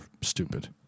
stupid